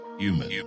human